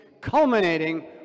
culminating